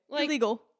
Illegal